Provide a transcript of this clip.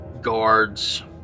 guards